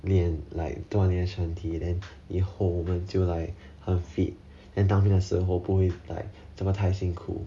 like 锻炼身体 then 以后我们就 like 很 fit then 当天的时候不会 like 这么太辛苦